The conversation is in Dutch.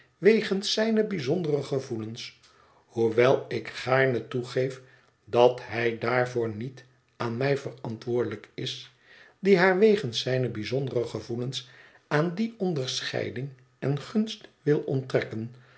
wegens zijne bijzondere gevoelens hoewel ik gaarne toegeef dat hij daarvoor niet aan mij verantwoordelijk is die haar wegens zijne bijzondere gevoelens aan die onderscheiding en gunst wil onttrekken